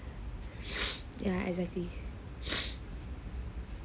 yeah exactly